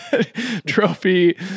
trophy